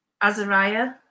Azariah